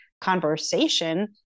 conversation